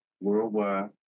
worldwide